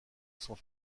sont